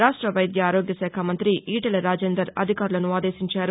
రాష్ట్ర వైద్య ఆరోగ్య శాఖ మంతి ఈటెల రాజేందర్ అధికారులను ఆదేశించారు